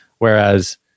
Whereas